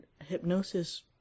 hypnosis